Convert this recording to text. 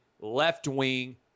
left-wing